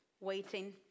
waiting